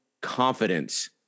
confidence